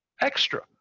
extra